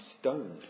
stoned